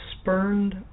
spurned